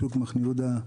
שוק מחנה יהודה,